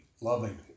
loving